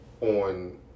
on